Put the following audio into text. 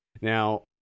Now